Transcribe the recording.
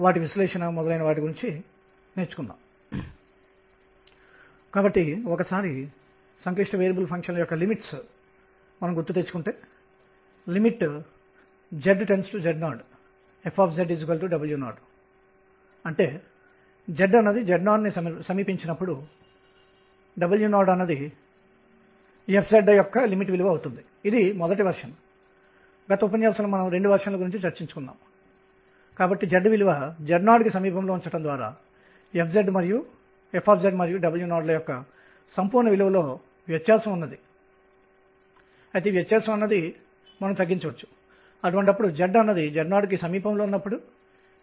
కాబట్టి ఈ లోపలి చర్యను ప్లాంక్ స్థిరాంకం h యొక్క ప్రమాణాలలో విచ్ఛిన్నంగా ఉంటుందని వ్రాయనివ్వండి మరియు మొదటిది సింపుల్ హార్మోనిక్ ఆసిలేటర్ అనగా ద్రవ్యరాశి m కలిగిన కణము సింపుల్ హార్మోనిక్ మోషన్సరళ హరాత్మక చలనం ను ప్రదర్శిస్తుంది ఇది దీనికి వర్తింపజేసాము